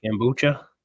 kombucha